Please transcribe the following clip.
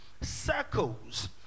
circles